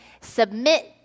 Submit